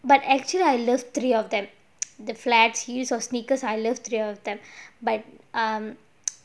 but actually I love three of them the flats heels or sneakers I love three of them but um